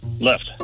Left